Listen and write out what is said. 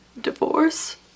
divorce